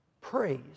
praise